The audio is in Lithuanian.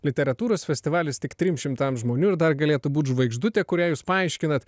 literatūros festivalis tik trim šimtam žmonių ir dar galėtų būt žvaigždutė kurią jūs paaiškinat